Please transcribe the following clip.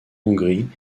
hongrie